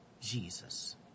Jesus